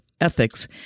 ethics